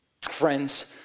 Friends